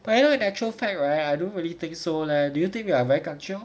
but you know in actual fact right I don't really think so leh do you think you are very kanchiong